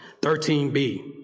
13B